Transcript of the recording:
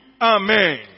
Amen